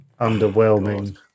Underwhelming